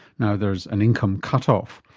now there's an income cut-off.